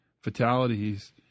fatalities